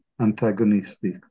antagonistic